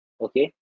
okay